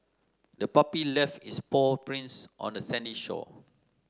the puppy left its paw prints on the sandy shore